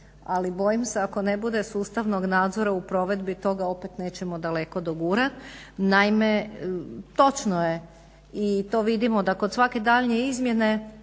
ali bojim se ako ne bude sustavnog nadzora u provedbi toga opet nećemo daleko dogurati. Naime, točno je i to vidimo da kod svake daljnje izmjene